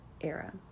era